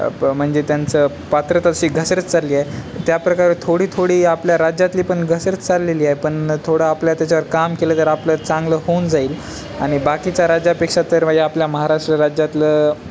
पण म्हणजे त्यांचं पात्रता अशी घसरतच चालली आहे त्याप्रकारे थोडी थोडी आपल्या राज्यातलीपण घसरतच चाललेली आहे पण थोडं आपल्या त्याच्यावर काम केलं तर आपलं चांगलं होऊन जाईल आणि बाकीच्या राज्यापेक्षा तर म्हणजे आपल्या महाराष्ट्र राज्यातलं